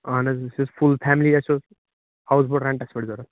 اَہَن حظ أسۍ ٲسۍ فُل فیملی اَسہِ اوس ہاوُس بوٹ ریٚنٹَس پٮ۪ٹھ ضروٗرت